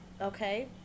okay